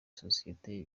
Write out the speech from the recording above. sosiyete